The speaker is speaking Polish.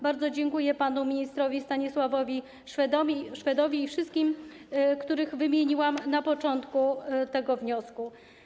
Bardzo dziękuję panu ministrowi Stanisławowi Szwedowi i wszystkim, których wymieniłam na początku tego wniosku.